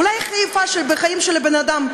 אולי הכי יפה בחיים של הבן-אדם,